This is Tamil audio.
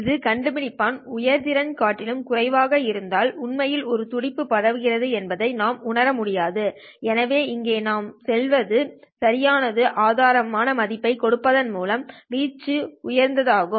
இது கண்டுபிடிப்பான் உணர்திறன் காட்டிலும் குறைவாக இருந்தால் உண்மையில் ஒரு துடிப்பு பரவுகிறது என்பதை நாம் உணர முடியாது எனவே இங்கே நாம் செய்வது சரியான ஆதாயம் மதிப்பைக் கொடுப்பதன் மூலம் வீச்சு உயர்த்துவதாகும்